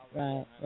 right